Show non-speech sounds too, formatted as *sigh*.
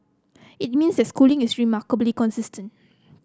it means that Schooling is *unintelligible* remarkably consistent